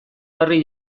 harri